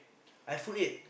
iPhone eight